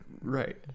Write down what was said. right